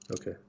Okay